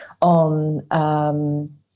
on